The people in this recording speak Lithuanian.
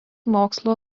mokslo